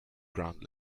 ground